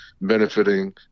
benefiting